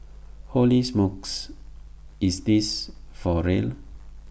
holy smokes is this for real